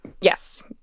yes